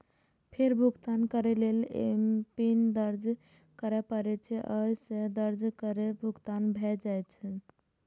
फेर भुगतान करै लेल एमपिन दर्ज करय पड़ै छै, आ से दर्ज करिते भुगतान भए जाइ छै